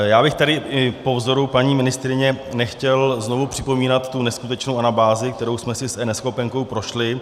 Já bych tady i po vzoru paní ministryně nechtěl znovu připomínat tu neskutečnou anabázi, kterou jsme si s eNeschopenkou prošli.